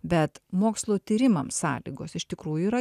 bet mokslo tyrimams sąlygos iš tikrųjų yra